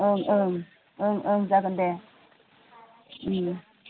ओं ओं ओं ओं जागोन दे